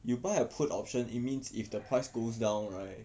you buy a put option it means if the price goes down right